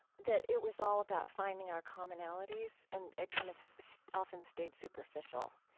that it was all about finding our commonalities and it kind of so often stayed superficial.